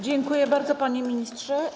Dziękuję bardzo, panie ministrze.